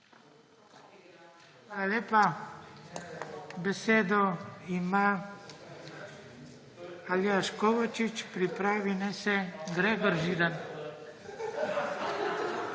lepa. Besedo ima Aljaž Kovačič, pripravi naj se Gregor Židan.